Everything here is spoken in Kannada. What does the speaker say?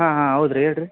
ಹಾಂ ಹಾಂ ಹೌದು ರಿ ಹೇಳಿ ರಿ